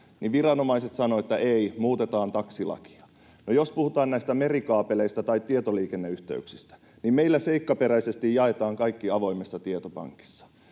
niin viranomaiset sanoivat, että ei, muutetaan taksilakia. Jos puhutaan näistä merikaapeleista tai tietoliikenneyhteyksistä, niin meillä seikkaperäisesti jaetaan kaikki avoimessa tietopankissa,